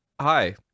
hi